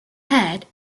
head